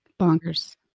Bonkers